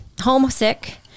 homesick